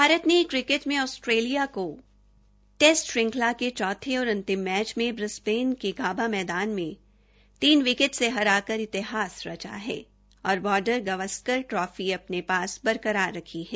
भारत ने क्रिकेट मैं आस्ट्रेलिया को टेस्ट श्रंखला के चौथे और अंतिम मैच में ब्रिसबेन के गावा मैदान में तीन विकेट से हराकर इतिहास रचा है और बॉर्डर गावस्कर ट्रॉफी अपने पास बरकरार रखी है